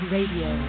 Radio